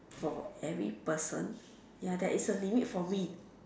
for every person ya there is a limit for me